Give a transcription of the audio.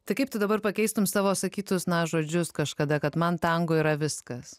tai kaip tu dabar pakeistum savo sakytus na žodžius kažkada kad man tango yra viskas